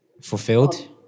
Fulfilled